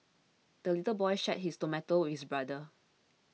the little boy shared his tomato with his brother